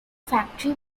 factory